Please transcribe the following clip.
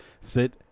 sit